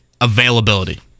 Availability